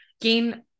gain